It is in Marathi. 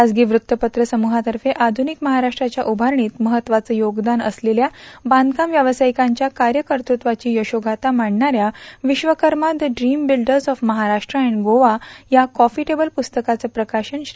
खाजगी वृत्तपत्र समुहातर्फे आधुनिक महाराष्ट्राच्या उभारणीत महत्त्वावं योगदान असलेल्या बांधकाम व्यावसायिकांच्या कार्यकर्तलाची यशोगाथा मांडणाऱ्या Vishwakarma the dream builders of Maharashtra and Goa या कॉफीटेबल पुस्तकाचं प्रकाशन श्री